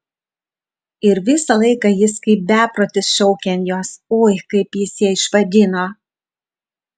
ir visą laiką jis kaip beprotis šaukia ant jos ui kaip jis ją išvadino